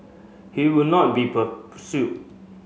he would not be